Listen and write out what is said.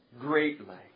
greatly